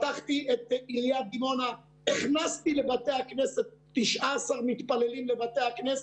פרויקט דומה ניסו לאשר ברשות לפיתוח הגליל